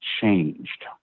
changed